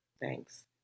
Thanks